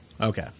Okay